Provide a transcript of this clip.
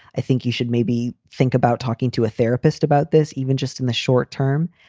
i think you should maybe think about talking to a therapist about this even just in the short term.